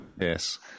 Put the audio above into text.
Yes